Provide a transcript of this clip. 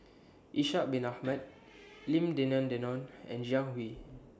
Ishak Bin Ahmad Lim Denan Denon and Jiang Hu